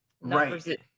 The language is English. Right